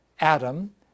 Adam